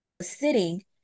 Sitting